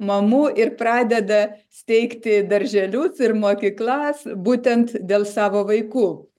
mamų ir pradeda steigti darželius ir mokyklas būtent dėl savo vaikų